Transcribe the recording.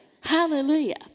Hallelujah